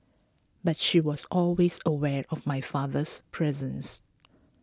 but she was always aware of my father's presence